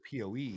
POE